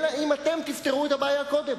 אלא אם אתם תפתרו את הבעיה קודם,